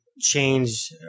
change